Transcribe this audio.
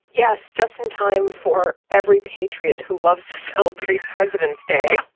yes. just in time for every patriot who loves to celebrate presidents day.